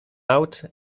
out